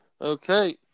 Okay